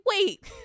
wait